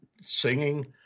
singing